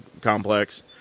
Complex